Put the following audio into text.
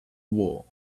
wall